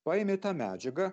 paėmė tą medžiagą